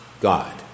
God